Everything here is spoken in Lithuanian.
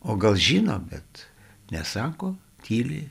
o gal žino bet nesako tyli